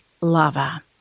lava